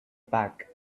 pack